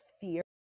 fear